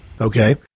okay